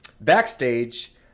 backstage